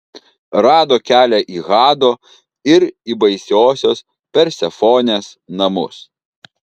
rado kelią į hado ir į baisiosios persefonės namus